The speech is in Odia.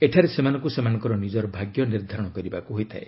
ଏଠାରେ ସେମାନଙ୍କୁ ସେମାନଙ୍କର ନିଜ ଭାଗ୍ୟ ନିର୍ଦ୍ଧାରଣ କରିବାକୁ ହୋଇଥାଏ